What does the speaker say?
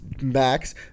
Max